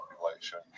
Population